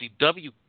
CW